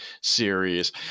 series